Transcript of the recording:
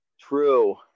True